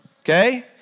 okay